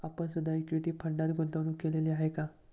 आपण सुद्धा इक्विटी फंडात गुंतवणूक केलेली आहे का?